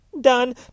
done